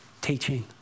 teaching